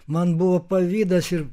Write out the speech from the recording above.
man buvo pavydas ir